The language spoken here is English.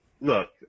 look